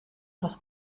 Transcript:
auch